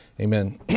amen